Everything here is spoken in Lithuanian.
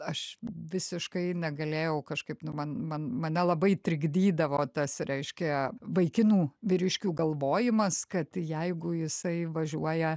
aš visiškai negalėjau kažkaip nu man man mane labai trikdydavo tas reiškia vaikinų vyriškių galvojimas kad jeigu jisai važiuoja